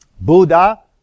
Buddha